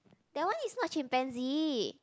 that one is not chimpanzee